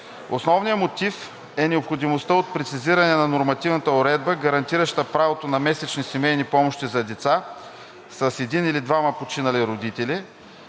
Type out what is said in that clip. Основният мотив е необходимостта от прецизиране на нормативната уредба, гарантираща правото на месечни семейни помощи за деца с един или двама починали родители.